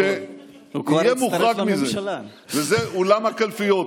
אבל שמחה כזאת אצל לפיד וגנץ, בושה,